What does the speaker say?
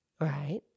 Right